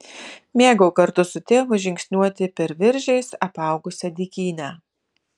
mėgau kartu su tėvu žingsniuoti per viržiais apaugusią dykynę